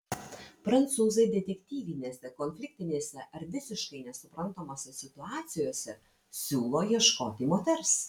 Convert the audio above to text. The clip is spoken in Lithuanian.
prancūzai detektyvinėse konfliktinėse ar visiškai nesuprantamose situacijose siūlo ieškoti moters